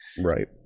Right